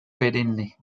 perenne